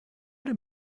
dem